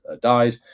died